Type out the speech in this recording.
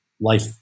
life